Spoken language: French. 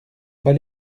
bas